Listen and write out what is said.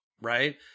right